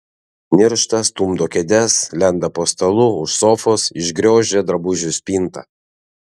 niršta stumdo kėdes lenda po stalu už sofos išgriozdžia drabužių spintą